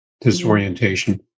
disorientation